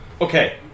Okay